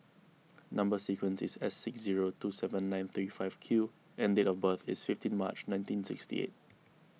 Number Sequence is S six zero two seven nine three five Q and date of birth is fifteen March nineteen sixty eight